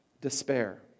despair